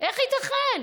איך ייתכן?